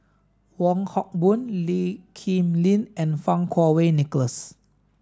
Wong Hock Boon Lee Kip Lin and Fang Kuo Wei Nicholas